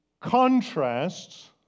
contrasts